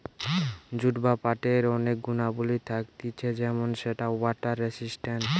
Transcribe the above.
jute বা পাটের অনেক গুণাবলী থাকতিছে যেমন সেটা ওয়াটার রেসিস্টেন্ট